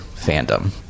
fandom